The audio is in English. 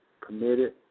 committed